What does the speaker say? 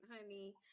honey